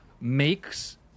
makes